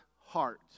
heart